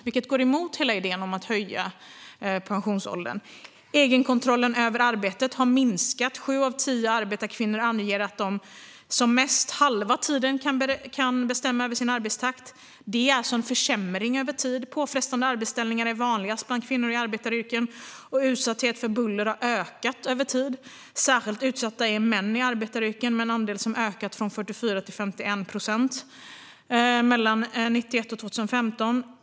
Det går emot hela idén om att höja pensionsåldern. Egenkontrollen över arbetet har minskat. Sju av tio arbetarkvinnor anger att de som mest under halva arbetstiden kan bestämma över sin arbetstakt. Det är alltså en försämring över tid. Påfrestande arbetsställningar är vanligast bland kvinnor i arbetaryrken. Utsatthet för buller har ökat över tid. Särskilt utsatta är män i arbetaryrken, med en andel som har ökat från 44 till 51 procent mellan 1991 och 2015.